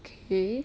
okay